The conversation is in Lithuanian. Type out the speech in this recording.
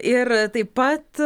ir taip pat